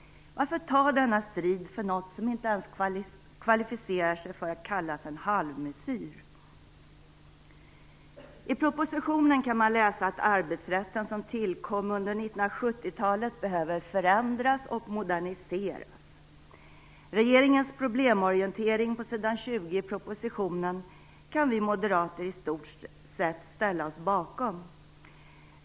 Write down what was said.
Varför ta denna strid för något som inte ens kvalificerar sig till att kallas en halvmesyr? I propositionen kan man läsa att arbetsrätten, som tillkom under 1970-talet, behöver förändras och moderniseras. Regeringens problemorientering på s. 20 i propositionen kan vi moderater i stort sett ställa oss bakom.